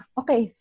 okay